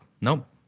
Nope